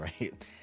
Right